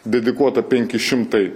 dedikuota penki šimtai